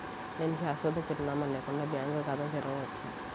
నేను శాశ్వత చిరునామా లేకుండా బ్యాంక్ ఖాతా తెరవచ్చా?